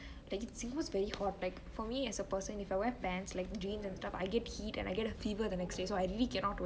like it seems very hot like for me as a person if I wear pants like jeans and stuff I get heat and I get a fever the next day so I really cannot